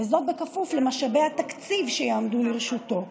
כפוף למשאבי התקציב שיעמדו לרשותו.